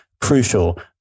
crucial